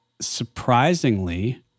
surprisingly